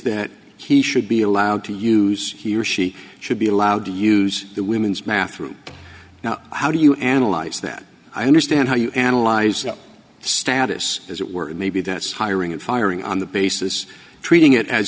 that he should be allowed to use he or she should be allowed to use the women's math room now how do you analyze that i understand how you analyze the status as it were and maybe that's hiring and firing on the basis treating it as